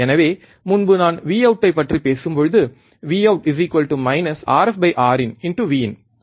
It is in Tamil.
எனவே முன்பு நான் Vout பற்றி பேசும்போது Vout Rf Rin Vin ஆதாயம் Vout Vin